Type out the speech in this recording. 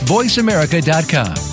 VoiceAmerica.com